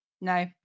No